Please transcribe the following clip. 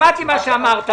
שמעתי את מה שאמרת.